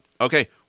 Okay